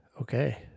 Okay